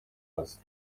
mazi